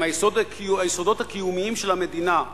הם היסודות הקיומיים של המדינה,